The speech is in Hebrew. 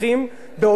זה בתנאי שנחזור,